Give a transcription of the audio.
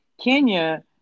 Kenya